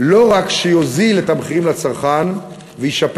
לא רק יוזיל את המחירים לצרכן וישפר